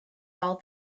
all